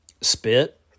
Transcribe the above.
spit